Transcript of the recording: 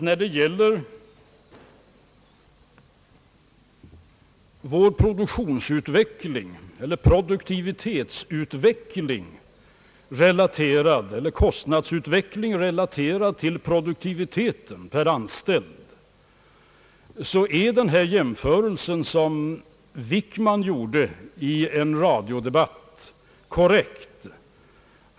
När det gäller vår kostnadsutveckling relaterad till produktiviteten per anställd är den jämförelse som herr Wickman gjorde i en radiodebatt korrekt.